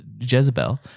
Jezebel